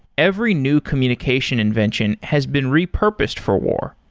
every new communication invention has been repurposed for war.